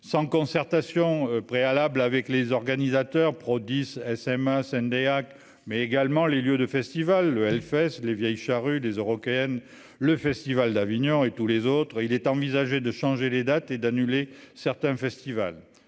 sans concertation préalable avec les organisateurs Prodiss SMA Syndeac mais également les lieux de festivals, le Hellfest les Vieilles Charrues des Eurockéennes le festival d'Avignon et tous les autres, il est envisagé de changer les dates et d'annuler certains festivals,